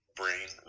brain